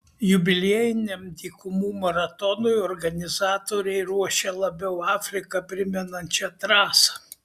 jubiliejiniam dykumų maratonui organizatoriai ruošia labiau afriką primenančią trasą